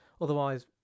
Otherwise